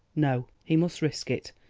no, he must risk it,